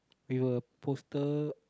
with a poster